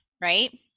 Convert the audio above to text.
right